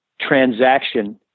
transaction